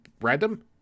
random